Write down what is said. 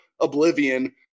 Oblivion